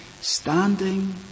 standing